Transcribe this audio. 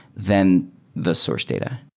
then the source data.